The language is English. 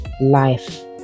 life